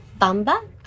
Bamba